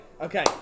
okay